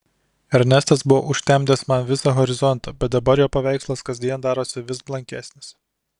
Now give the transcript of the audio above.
ernestas buvo užtemdęs man visą horizontą bet dabar jo paveikslas kasdien darosi vis blankesnis